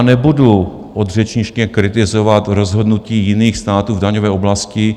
Nebudu od řečniště kritizovat rozhodnutí jiných států v daňové oblasti.